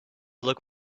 look